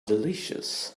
delicious